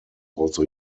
also